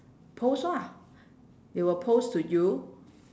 post lah they will post to you